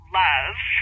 love